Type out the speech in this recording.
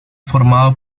formado